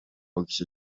bakış